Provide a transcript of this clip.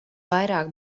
vairāk